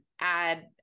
add